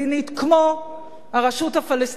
כמו הרשות הפלסטינית,